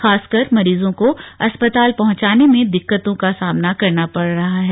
खासकर मरीजों को अस्पताल पहुंचाने में दिक्कतों का सामना करना पड़ रहा है